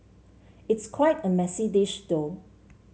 it's quite a messy dish though